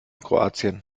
kroatien